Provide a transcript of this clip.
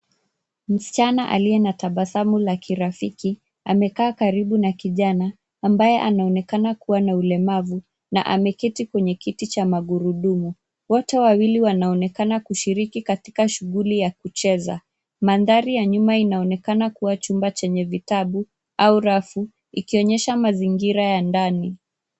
Msichana aliye na tabasamu la kirafiki amekaa karibu na kijana ambaye anaonekana kuwa na ulemavu na ameketi kwenye kiti cha magurudumu. Wote wawili wanaonekana kushiriki katika shughuli ya kucheza. Mandhari ya nyuma inaonekana kuwa chumba chenye vitabu au rafu, ikionyesha mazingira ya ndani.